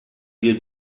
wir